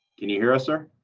can you hear us, sir?